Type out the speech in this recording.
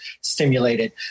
stimulated